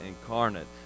incarnate